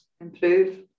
improve